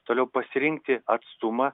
toliau pasirinkti atstumą